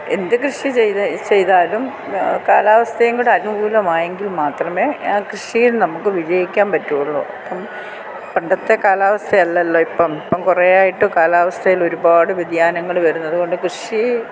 എന്ത് കൃഷി ചെയ്ത് ചെയ്താലും കാലാവസ്ഥയും കൂടെ അനുകൂലമായെങ്കിൽ മാത്രമേ കൃഷിയിൽ നമുക്ക് വിജയിക്കാൻ പറ്റുള്ളൂ ഇപ്പോൾ പണ്ടത്തെ കാലാവസ്ഥയല്ലല്ലോ ഇപ്പം ഇപ്പം കുറേ ആയിട്ട് കാലാവസ്ഥയിൽ ഒരുപാട് വ്യതിയാനങ്ങൾ വരുന്നതുകൊണ്ട് കൃഷി